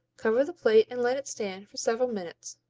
cover the plate and let it stand for several minutes.